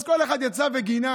אז כל אחד יצא וגינה.